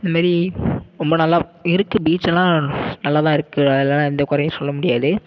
இந்தமாரி ரொம்ப நல்லா இருக்குது பீச்சலாம் நல்லா தான் இருக்குது அதெலலாம் எந்த குறையும் சொல்ல முடியாது